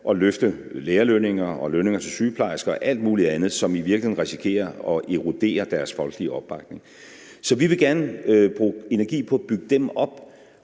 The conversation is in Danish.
at løfte lærerlønninger og lønninger til sygeplejersker og alt muligt andet, og hvad der i virkeligheden risikerer at erodere deres folkelige opbakning. Så vi vil gerne bruge energi på at bygge dem op.